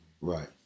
right